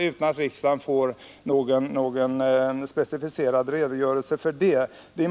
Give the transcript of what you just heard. utan att riksdagen får någon specificerad redogörelse.